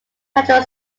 patrol